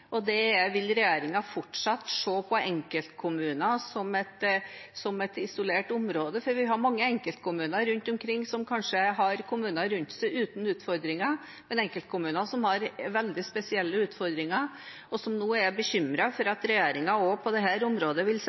og det er: Vil regjeringen fortsatt se på enkeltkommuner som et isolert område? Vi har mange enkeltkommuner rundt omkring som kanskje har kommuner rundt seg uten utfordringer, men disse enkeltkommunene kan ha veldig spesielle utfordringer og er nå bekymret for at regjeringen også på dette området vil